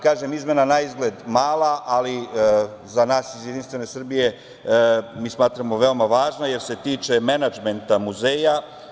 Kažem, izmena je naizgled mala, ali za nas iz Jedinstvene Srbije veoma važna jer se tiče menadžmenta muzeja.